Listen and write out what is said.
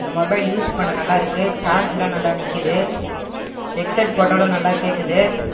அந்த mobile use பண்ண நல்லா இருக்கு சார்ஜ் எல்லாம் நல்லா நிற்குது ஹெட்செட் போட்டாலும் நல்லா கேட்குது